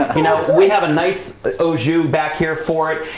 you know we have a nice but owes you back here for it.